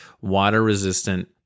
water-resistant